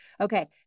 Okay